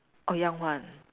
oh young one